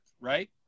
right